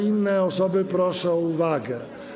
Inne osoby proszę o uwagę.